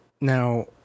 Now